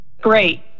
Great